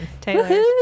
Taylor